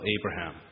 Abraham